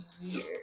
year